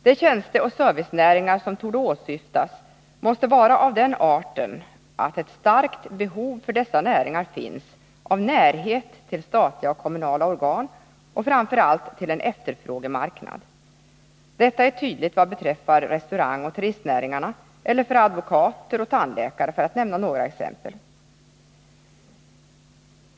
De tjänsteoch servicenäringar som torde åsyftas måste vara av den arten att det finns ett starkt behov för dessa näringar av närhet till statliga och kommunala organ och framför allt till en efterfrågemarknad. Detta är tydligt vad beträffar restaurangoch turistnäringarna eller för advokater och tandläkare, för att nämna några exempel.